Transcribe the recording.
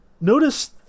notice